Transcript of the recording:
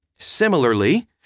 Similarly